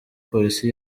polisi